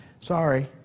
Sorry